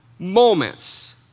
Moments